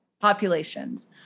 populations